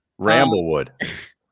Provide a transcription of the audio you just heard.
Ramblewood